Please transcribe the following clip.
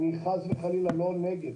אני חס וחלילה לא נגד,